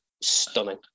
stunning